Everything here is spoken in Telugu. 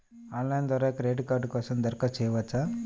ఆన్లైన్ ద్వారా క్రెడిట్ కార్డ్ కోసం దరఖాస్తు చేయవచ్చా?